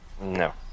no